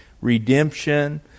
redemption